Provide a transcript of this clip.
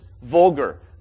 vulgar